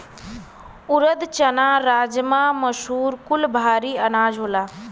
ऊरद, चना, राजमा, मसूर कुल भारी अनाज होला